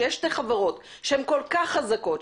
שיש שתי חברות שהן כל כך חזקות,